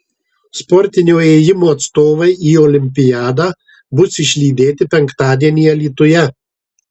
sportinio ėjimo atstovai į olimpiadą bus išlydėti penktadienį alytuje